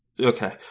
Okay